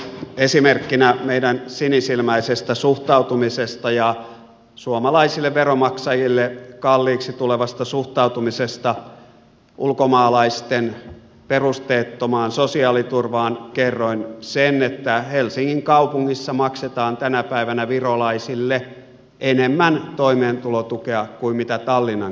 esimerkkinä meidän sinisilmäisestä suhtautumisestamme ja suomalaisille veronmaksajille kalliiksi tulevasta suhtautumisesta ulkomaalaisten perusteettomaan sosiaaliturvaan kerroin sen että helsingin kaupungissa maksetaan tänä päivänä virolaisille enemmän toimeentulotukea kuin mitä tallinnan kaupunki maksaa